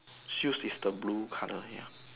shoes is the blue colour ya